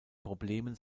problemen